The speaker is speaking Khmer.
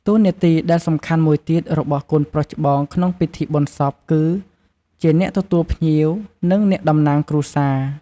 តួនាទីដែលសំខាន់មួយទៀតរបស់កូនប្រុសច្បងក្នុងពិធីបុណ្យសពគឺ ជាអ្នកទទួលភ្ញៀវ និងអ្នកតំណាងគ្រួសារ។